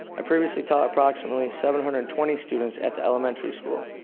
i previously taught approximately seven hundred and twenty students at the elementary school.